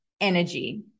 energy